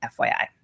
FYI